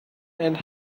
and